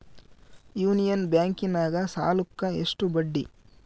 Union ಬ್ಯಾಂಕಿನಾಗ ಸಾಲುಕ್ಕ ಎಷ್ಟು ಬಡ್ಡಿ?